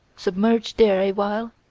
submerged there a while,